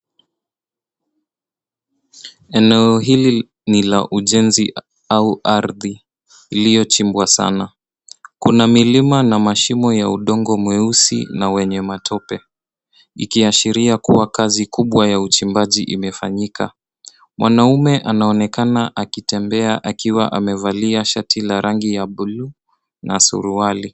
Eneo hili ni la ujenzi au ardhi iliyo chimbwa sana. Kuna milima na mashimo ya udongo mweusi na wenye matope, ikiashiria kua kazi kubwa ya uchimbaji imefanyika. Mwanaume anaonekana akitembea akiwa amevalia shati la rangi ya blue na suruali.